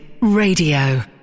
radio